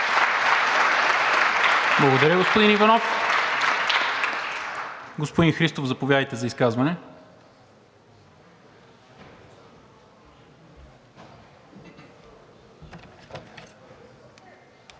Благодаря, господин Иванов. Господин Христов, заповядайте за изказване. РУМЕН